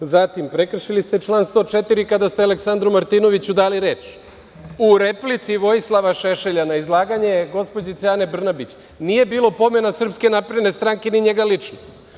Prekršili ste član 104. kada ste Aleksandru Martinoviću dali reč u replici Vojislava Šešelja na izlaganje gospođice Ane Brnabić nije bilo pomena SNS, ni njega lično.